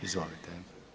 Izvolite.